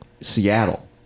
Seattle